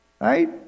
right